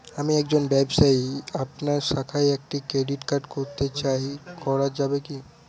আমি একজন ব্যবসায়ী আপনার শাখায় একটি ক্রেডিট কার্ড করতে চাই করা যাবে কি?